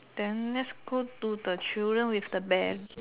then let's go to the children with the bear